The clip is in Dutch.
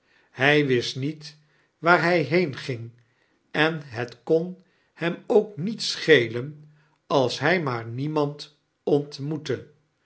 hij wist niet waar hij heenging en het kon hem ook niet schelen als hij maar niemand ontmoette